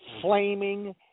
flaming